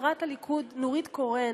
חברת הליכוד נורית קורן